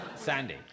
Sandy